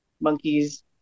monkeys